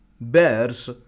bears